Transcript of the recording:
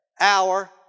Hour